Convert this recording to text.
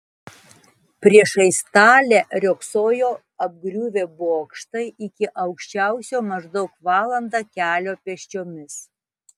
priešais talę riogsojo apgriuvę bokštai iki aukščiausio maždaug valanda kelio pėsčiomis